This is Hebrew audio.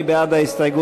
מי בעד ההסתייגות?